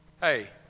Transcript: Hey